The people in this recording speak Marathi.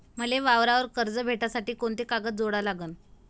मले वावरावर कर्ज भेटासाठी कोंते कागद जोडा लागन?